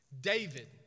David